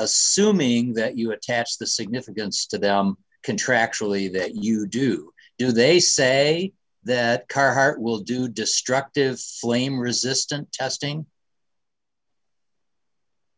assuming that you attach the significance to them contractually that you do is they say the current will do destructive flame resistant testing